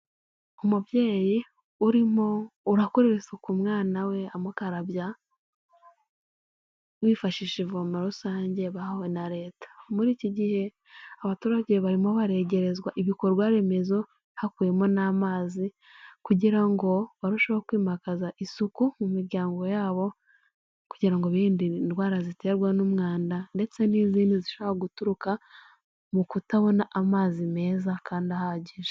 Umubyeyi urimo urakorera isuku mwana we amukarabya, wifashisha ivoma rusange bahawe na Leta. Muri iki gihe abaturage barimo baregerezwa ibikorwa remezo, hakubiyemo n'amazi. kugira ngo barusheho kwimakaza isuku mu miryango yabo, kugira ngo birinde indwara ziterwa n'umwanda ndetse n'izindi zishobora guturuka mu kutabona amazi meza kandi ahagije.